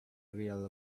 real